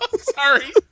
Sorry